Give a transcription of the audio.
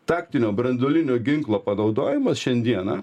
taktinio branduolinio ginklo panaudojimas šiandieną